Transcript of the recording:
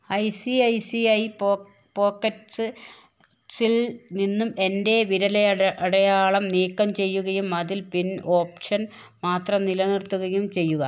I C I C I പോക്കറ്റ്സിൽ നിന്നും എൻ്റെ വിരലടയാളം നീക്കം ചെയ്യുകയും അതിൽ പിൻ ഓപ്ഷൻ മാത്രം നിലനിർത്തുകയും ചെയ്യുക